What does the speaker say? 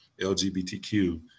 LGBTQ